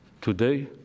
today